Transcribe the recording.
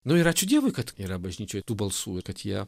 nu ir ačiū dievui kad yra bažnyčioj tų balsų ir kad jie